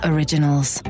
Originals